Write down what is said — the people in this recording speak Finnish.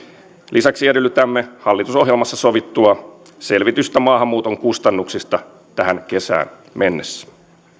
lisäksi edellytämme hallitusohjelmassa sovittua selvitystä maahanmuuton kustannuksista tähän kesään mennessä